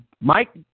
Mike